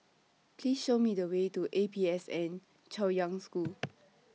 Please Show Me The Way to A P S N Chaoyang School